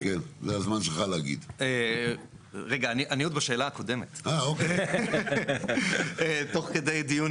אני עוד בשאלה הקודמת, תוך כדי דיון